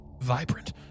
vibrant